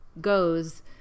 Goes